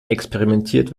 experimentiert